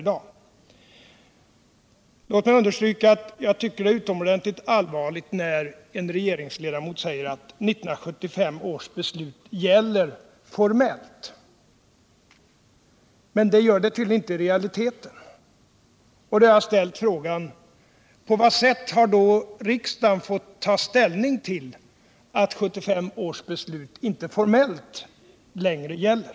Det är utomordentligt allvarligt när en regeringsledamot säger att 1975 års beslut gäller formellt. Det gäller tydligen inte i realiteten. Då har jag ställt frågan: På vad sätt har riksdagen fått ta ställning till att 1975 års beslut inte reellt längre gäller?